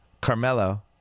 Carmelo